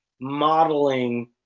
modeling